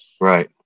right